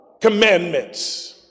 commandments